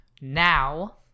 now